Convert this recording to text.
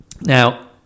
now